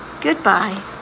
Goodbye